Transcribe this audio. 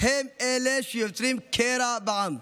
הם אלה שיוצרים קרע בעם.